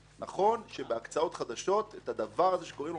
נכון שבהקצאות חדשות את הדבר הזה שקוראים לו מקרקעין,